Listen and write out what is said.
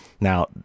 Now